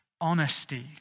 honesty